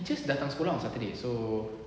teachers datang sekolah on saturday so